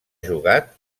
jugat